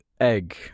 egg